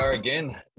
again